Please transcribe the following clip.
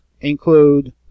include